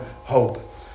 hope